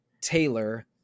Taylor